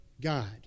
God